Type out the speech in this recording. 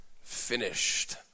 finished